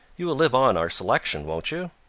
you will live on our selection, won't you?